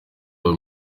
wawe